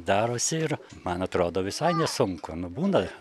darosi ir man atrodo visai nesunku būna